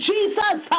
Jesus